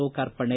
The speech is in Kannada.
ಲೋಕಾರ್ಪಣೆ